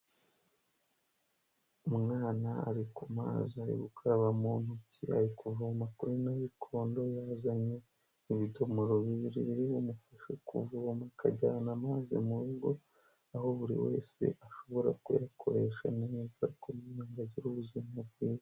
Umwana ari ku mazi ari gukaraba mu ntoki ari kuvoma kuri nayikondo yazanye ibidomoro bibiri biri bimufashe kuvuma akajyana maze mu rugo, aho buri wese ashobora kuyakoresha neza kugira ngo agire ubuzima bwiza.